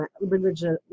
religious